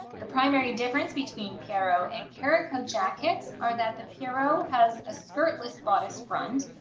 the primary difference between pierrot and caraco jackets are that the pierrot has a skirtless bodice front.